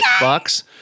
bucks